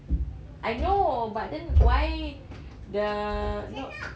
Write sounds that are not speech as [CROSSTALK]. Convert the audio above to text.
[NOISE] I know but then why the lock